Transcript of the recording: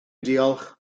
diolch